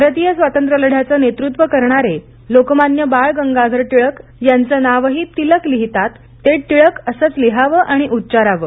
भारतीय स्वातंत्र्यलढ्याचं नेतृत्व करणारे लोकमान्य बाळ गंगाधर टिळक यांचं नावही तिलक लिहीतात ते टिळक असंच लिहावं आणि उच्चारावं